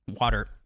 water